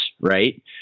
right